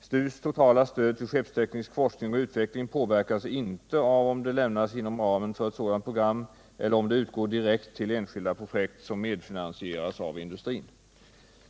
STU:s totala stöd till skeppsteknisk forskning och utveckling påverkas inte av om det lämnas inom ramen för ett sådant program eller om det utgår direkt till enskilda projekt som medfinansieras av industrin.